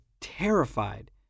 terrified